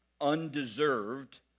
undeserved